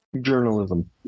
Journalism